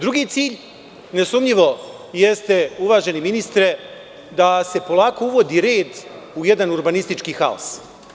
Drugi cilj jeste uvaženi ministre da se polako uvodi red u jedan urbanistički haos.